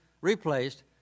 replaced